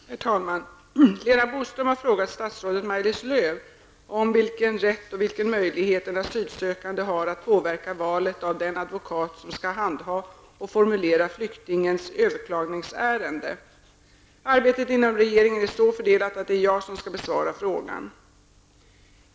Herr talman! Lena Boström har frågat statsrådet Maj-Lis Lööw om vilken rätt och vilken möjlighet en asylsökande har att påverka valet av den advokat som skall handha och formulera flyktingens överklagningsärende. Arbetet inom regeringen är så fördelat att det är jag som skall besvara frågan.